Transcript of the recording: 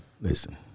listen